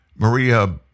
Maria